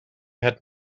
had